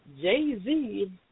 Jay-Z